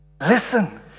Listen